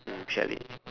mm share a bit